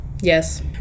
Yes